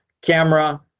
Camera